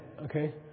okay